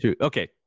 Okay